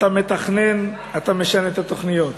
שאתה מתכנן, אתה משנה את התוכניות.